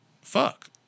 Fuck